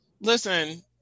listen